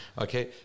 Okay